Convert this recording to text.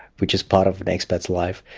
which is part of an expat! s life,